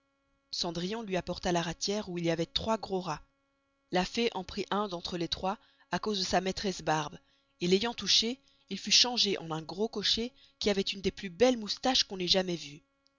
cendrillon lui apporta la ratiere où il y avoit trois gros rats la fée en prit un d'entre les trois à cause de sa maîtresse barbe l'ayant touché il fut changé en un gros cocher qui avoit une des plus belles moustaches qu'on ait jamais veuës